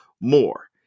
more